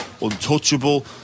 untouchable